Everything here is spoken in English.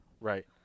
right